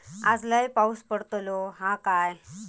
आज लय पाऊस पडतलो हा काय?